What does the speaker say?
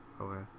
Okay